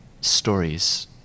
stories